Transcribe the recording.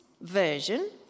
version